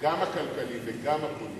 גם הכלכלי וגם הפוליטי,